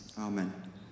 Amen